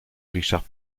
richard